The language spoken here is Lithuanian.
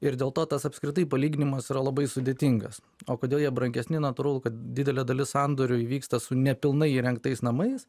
ir dėl to tas apskritai palyginimas yra labai sudėtingas o kodėl jie brangesni natūralu kad didelė dalis sandorių įvyksta su nepilnai įrengtais namais